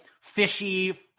fishy